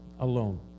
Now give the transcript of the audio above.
alone